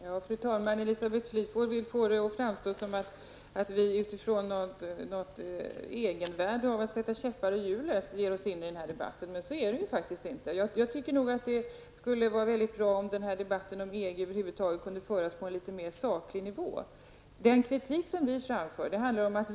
Herr talman! Elisabeth Fleetwood vill få det att framstå så, att det skulle vara självändamål för oss att sätta en käpp i hjulet när vi ger oss in i den här debatten. Men så är det faktiskt inte. Jag tycker nog att det skulle vara mycket bra om denna debatt om EG kunde föras på en något mera saklig nivå. Den kritik som vi framför handlar om följande.